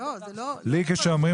אני קוראת